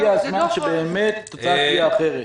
הגיע הזמן באמת שהתוצאה תהיה אחרת.